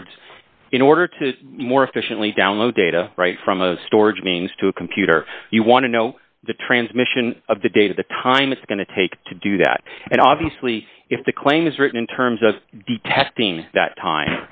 words in order to more efficiently download data right from a storage means to a computer you want to know the transmission of the data the time it's going to take to do that and obviously if the claim is written in terms of detecting that time